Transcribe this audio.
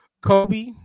Kobe